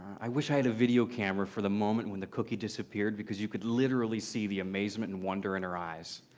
i wish i had a video camera for the moment when the cookie disappeared because you could literally see the amazement and wonder in her eyes.